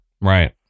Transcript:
Right